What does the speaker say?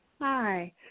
Hi